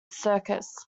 circus